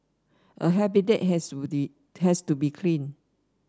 a habitat has to be test to be clean